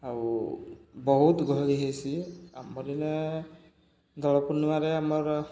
ଆଉ ବହୁତ ଗହଳି ହେଇସି ଆମର ଇନା ଦୋଳ ପୂର୍ଣ୍ଣିମାରେ ଆମର